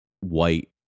white